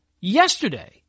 yesterday